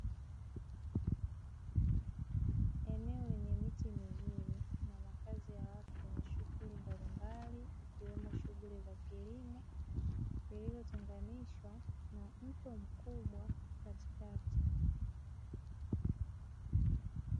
Eneo lenye miti mizuri na makazi ya watu wenye shughuli mbalimbali, ikiwemo shughuli za kilimo, iliyotenganishwa na mto mkubwa katikati.